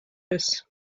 this